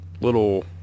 little